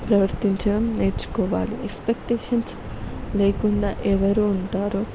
ప్రవర్తించడం నేర్చుకోవాలి ఎక్స్పెక్టేషన్స్ లేకుండా ఎవరూ ఉంటారు